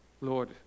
Lord